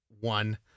One